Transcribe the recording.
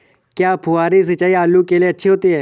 क्या फुहारी सिंचाई आलू के लिए अच्छी होती है?